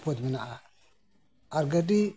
ᱵᱤᱯᱚᱫ ᱢᱮᱱᱟᱜᱼᱟ ᱟᱨ ᱜᱟᱹᱰᱤ